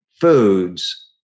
foods